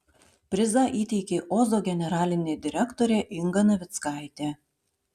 prizą įteikė ozo generalinė direktorė inga navickaitė